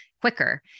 quicker